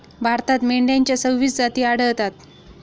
भारतात मेंढ्यांच्या सव्वीस जाती आढळतात